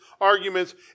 arguments